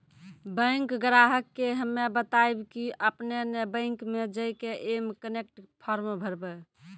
bank ग्राहक के हम्मे बतायब की आपने ने बैंक मे जय के एम कनेक्ट फॉर्म भरबऽ